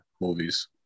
movies